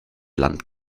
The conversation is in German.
land